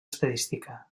estadística